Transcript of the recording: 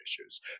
issues